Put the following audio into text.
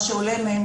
מה שעולה מהם,